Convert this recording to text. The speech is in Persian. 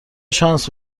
شانس